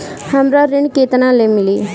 हमरा ऋण केतना ले मिली?